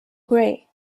gray